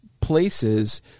places